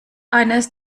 eines